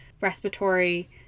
respiratory